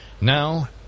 now